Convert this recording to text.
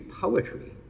poetry